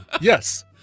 Yes